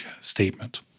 statement